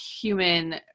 human